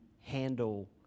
handle